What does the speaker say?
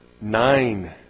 Nine